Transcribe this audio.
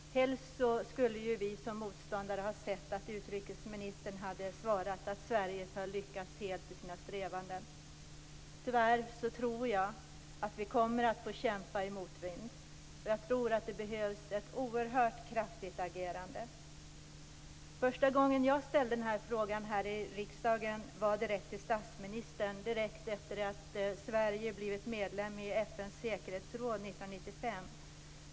Helst skulle vi som motståndare ha sett att utrikesministern hade svarat att Sverige har lyckats helt i sina strävanden. Tyvärr tror jag att vi kommer att få kämpa i motvind, och jag tror att det behövs ett oerhört kraftigt agerande. Den första gången jag tog upp den här frågan i riksdagen ställde jag den direkt till statsministern. Det var precis efter det att Sverige blivit medlem i FN:s säkerhetsråd 1995.